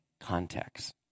context